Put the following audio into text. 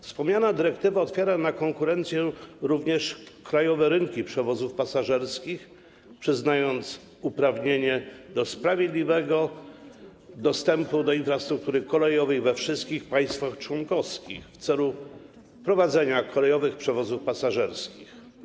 Wspomniana dyrektywa otwiera na konkurencję również krajowe rynki przewozów pasażerskich, przyznając uprawnienie do sprawiedliwego dostępu do infrastruktury kolejowej we wszystkich państwach członkowskich w celu prowadzenia kolejowych przewozów pasażerskich.